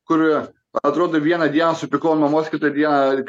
kuri atrodo vieną dieną supykau ant mamos kitą dieną